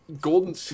Golden